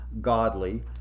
godly